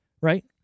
Right